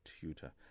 tutor